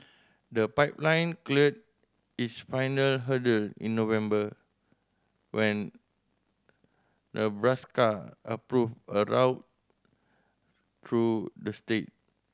the pipeline cleared its final hurdle in November when Nebraska approved a route through the state